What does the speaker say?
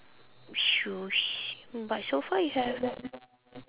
shoes but so far you have